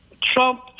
Trump